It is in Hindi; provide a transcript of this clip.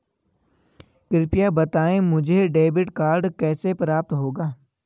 कृपया बताएँ मुझे डेबिट कार्ड कैसे प्राप्त होगा?